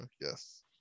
yes